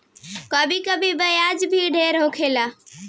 कभी कभी ब्याज भी ढेर होला